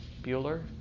Bueller